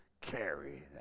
carry